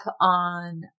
on